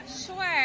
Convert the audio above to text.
Sure